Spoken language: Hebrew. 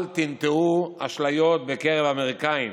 אל תטעו אשליות בקרב האמריקנים